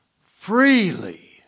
Freely